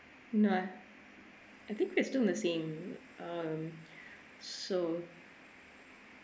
no ah I think it's still the same um so